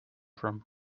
from